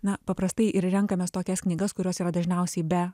na paprastai ir renkames tokias knygas kurios yra dažniausiai be